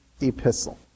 Epistle